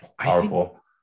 powerful